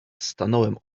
stanąłem